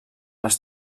les